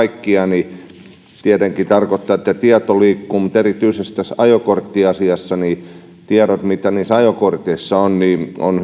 kaikkiaan tietenkin tarkoittaa sitä että tieto liikkuu mutta erityisesti tässä ajokorttiasiassa on hyvä että tiedot mitä niissä ajokorteissa on